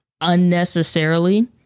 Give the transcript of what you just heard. unnecessarily